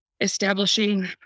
establishing